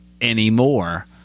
anymore